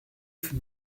für